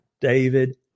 David